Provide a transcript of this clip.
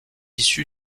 issue